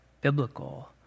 biblical